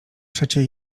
przecie